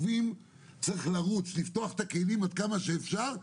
צריך לרוץ ולפתוח את הכלים עד כמה שאפשר,